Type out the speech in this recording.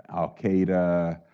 al-qaeda,